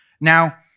Now